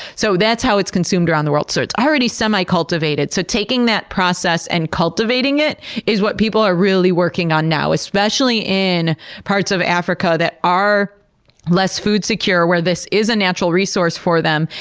so that's how it's consumed around the world. so it's already semi-cultivated. so, taking that process and cultivating it is what people are really working on now, especially in parts of africa that are less food secure, where this is a natural resource for them,